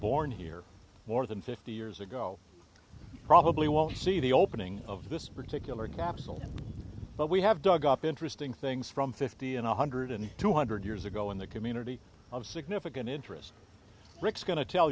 born here more than fifty years ago probably won't see the opening of this particular capsule but we have dug up interesting things from fifty and a hundred and two hundred years ago in the community of significant interest